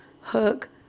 Hook